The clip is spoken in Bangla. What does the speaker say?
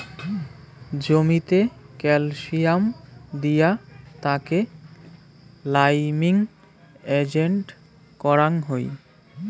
জমিতে ক্যালসিয়াম দিয়া তাকে লাইমিং এজেন্ট করাং হই